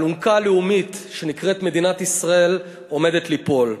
האלונקה הלאומית שנקראת מדינת ישראל עומדת ליפול.